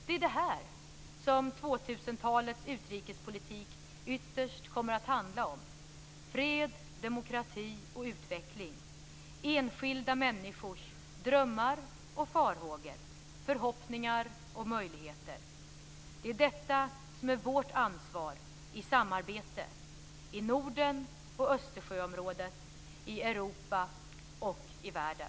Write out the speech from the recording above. Det är detta som 2000-talets utrikespolitik ytterst kommer att handla om. Fred, demokrati och utveckling - enskilda människors drömmar och farhågor, förhoppningar och möjligheter. Det är detta som är vårt ansvar - i samarbete - i Norden och Östersjöområdet, i Europa och i världen.